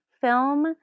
film